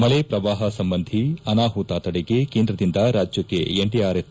ಮಳೆ ಪ್ರವಾಹ ಸಂಬಂಧಿ ಅನಾಹುತ ತಡೆಗೆ ಕೇಂದ್ರದಿಂದ ರಾಜ್ಯಕ್ಕೆ ಎನ್ಡಿಆರ್ಎಫ್